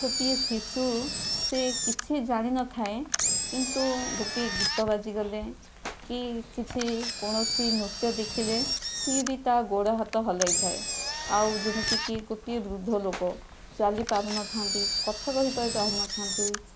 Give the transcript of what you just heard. ଗୋଟିଏ ଶିଶୁ ସେ କିଛି ଜାଣିନଥାଏ କିନ୍ତୁ ଗୋଟିଏ ଗୀତ ବାଜିଗଲେ କି କିଛି କୌଣସି ନୃତ୍ୟ ଦେଖିଲେ ସିଏ ବି ତା ଗୋଡ଼ ହାତ ହଲାଇଥାଏ ଆଉ ଯେମିତିକି ଗୋଟିଏ ବୃଦ୍ଧ ଲୋକ ଚାଲି ପାରୁନଥାନ୍ତି କଥା କହି ବି ପାରୁନଥାନ୍ତି